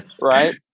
right